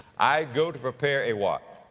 i go to prepare a, what?